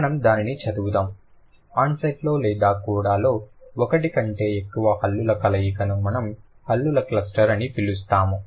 మనం దానిని చదువుదాం ఆన్సెట్ లో లేదా కోడాలో ఒకటి కంటే ఎక్కువ హల్లుల కలయికను మనం హల్లుల క్లస్టర్ అని పిలుస్తాము